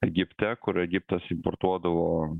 egipte kur egiptas importuodavo